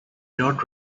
not